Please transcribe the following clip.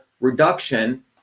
reduction